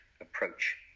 approach